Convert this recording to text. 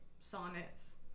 sonnets